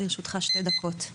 לרשותך שתי דקות.